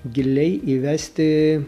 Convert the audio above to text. giliai įvesti